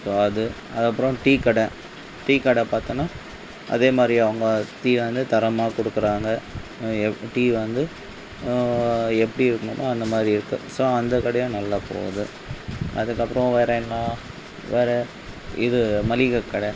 so அது அதுக்கப்புறம் டீக்கடை டீக்கடை பார்த்தோம்னா அதே மாதிரி அவங்க டீயை வந்து தரமாக கொடுக்குறாங்க டீ வந்து எப்படி இருக்கணுமோ அந்த மாதிரி இருக்குது ஸோ அந்த கடையும் நல்லா போகுது அதுக்கப்புறம் வேறே என்ன வேறே இது மளிகை கடை